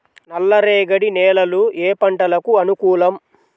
నల్లరేగడి నేలలు ఏ పంటలకు అనుకూలం?